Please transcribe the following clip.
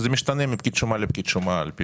זה משתנה מפקיד שומה לפקיד שומה.